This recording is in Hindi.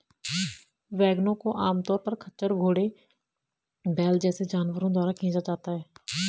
वैगनों को आमतौर पर खच्चर, घोड़े, बैल जैसे जानवरों द्वारा खींचा जाता है